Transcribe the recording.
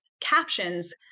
captions